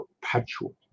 perpetual